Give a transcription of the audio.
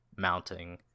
mounting